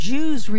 Jews